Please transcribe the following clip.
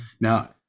Now